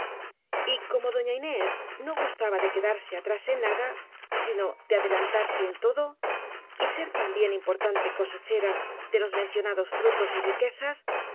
roba y como doña inés no gustaba de quedarse atrás en nada sino de adelantarse en todo y ser también impor tante cosechera de los mencionados frutos y rique